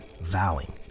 vowing